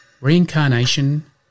reincarnation